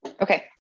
Okay